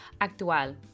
Actual